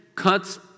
cuts